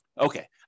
Okay